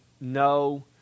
no